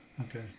Okay